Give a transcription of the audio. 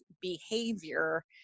behavior